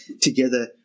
together